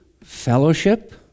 fellowship